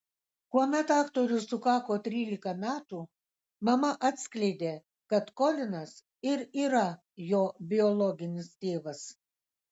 kuomet aktoriui sukako trylika metų mama atskleidė kad kolinas ir yra jo biologinis tėvas